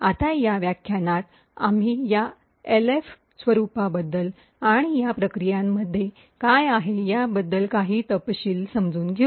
आता या व्याख्यानात आम्ही या एल्फ स्वरुपाबद्दल आणि या प्रक्रियेमध्ये काय आहे याबद्दल काही तपशील समजून घेऊ